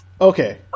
Okay